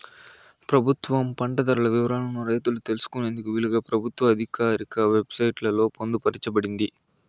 ప్రభుత్వం పంట ధరల వివరాలను రైతులు తెలుసుకునేందుకు వీలుగా ప్రభుత్వ ఆధికారిక వెబ్ సైట్ లలో పొందుపరచబడి ఉంటాది